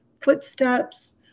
footsteps